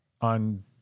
on